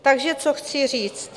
Takže co chci říct?